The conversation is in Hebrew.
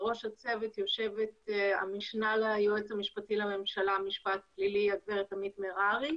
בראש הצוות יושבת המשנה ליועץ המשפטי לממשלה משפט פלילי הגב' עמית מררי,